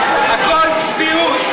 הכנסת, נא להצביע.